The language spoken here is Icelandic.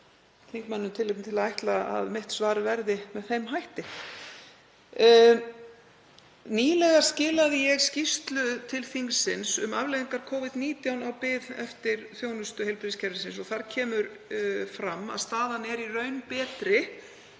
tilefni til að ætla að svar mitt verði með þeim hætti. Nýlega skilaði ég skýrslu til þingsins um afleiðingar Covid-19 á bið eftir þjónustu heilbrigðiskerfisins. Þar kemur fram að staðan er í raun betri